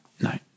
no